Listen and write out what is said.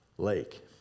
lake